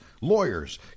lawyers